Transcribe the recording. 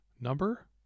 Number